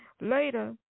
Later